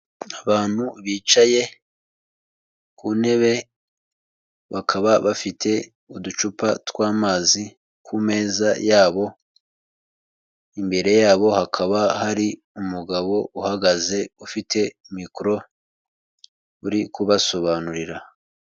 Abantu bicaye ku ntebe bakaba bafite uducupa tw'amazi ku meza yabo, imbere yabo hakaba hari umugabo uhagaze ufite mikoro uri kubasobanurira.